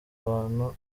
abantu